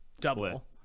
double